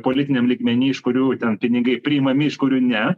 politiniam lygmeny iš kurių ten pinigai priimami iš kurių ne